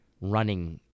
running